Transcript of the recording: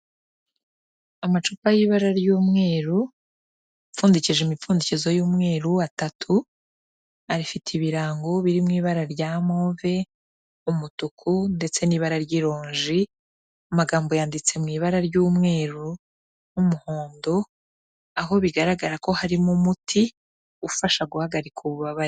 Amacupa y'ibara ry'umweru apfundikije imipfundikizo y'umweru atatu, afite ibirango biri mu ibara rya move, umutuku ndetse n'ibara ry'ironji, amagambo yanditse mu ibara ry'umweru n'umuhondo aho bigaragara ko harimo umuti ufasha guhagarika ububabare.